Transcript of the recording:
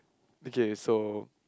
okay so